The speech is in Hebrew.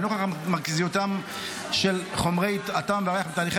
לנוכח מרכזיותם של חומרי הטעם והריח בתהליכי